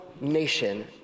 nation